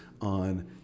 on